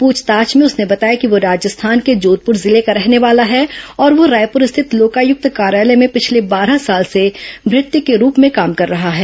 प्रछताछ में उसने बताया कि वह राजस्थान के जोधप्र जिले का रहने वाला है और वह रायपूर स्थित लोकायक्त कार्यालय में पिछले बारह साल से भृत्य के रूप में काम कर रहा है